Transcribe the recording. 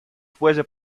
fuese